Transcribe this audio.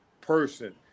person